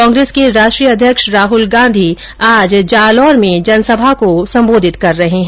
कांग्रेस के राष्ट्रीय अध्यक्ष राहल गांधी अभी जालौर में एक जनसभा को संबोधित कर रहे है